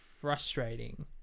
frustrating